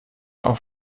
auf